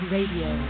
Radio